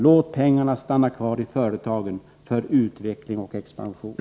Låt pengarna stanna kvar i företagen för utveckling och expansion!